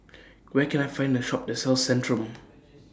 Where Can I Find The Shop that sells Centrum